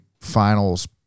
finals